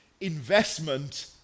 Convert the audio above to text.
investment